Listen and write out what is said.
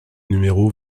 numéro